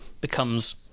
becomes